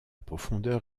profondeur